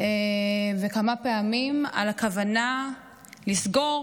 וכמה פעמים הכוונה לסגור